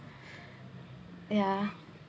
ya